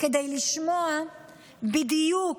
כדי לשמוע בדיוק,